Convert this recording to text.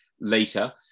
later